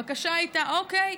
הבקשה הייתה: אוקיי,